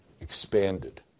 expanded